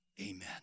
Amen